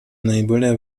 наиболее